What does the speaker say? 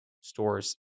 stores